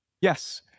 Yes